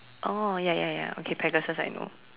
oh ya ya ya okay Pegasus I know